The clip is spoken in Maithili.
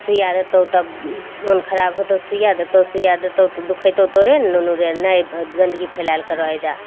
सुइया देतौ तब मन खराब होतौ तब सुइया देतौ सुइया देतौ तऽ दुखैतौ तोरे ने नुनू रे नहि गन्दगी फैलाएल करऽ एहिजा